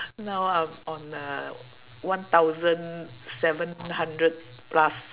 now I'm on uh one thousand seven hundred plus